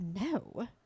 No